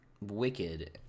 wicked